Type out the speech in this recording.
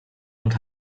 und